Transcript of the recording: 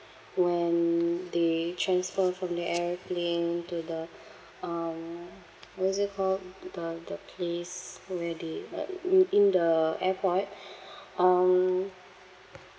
when they transfer from the airplane to the um what is it called the the place where they in in the airport um